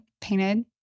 painted